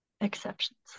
exceptions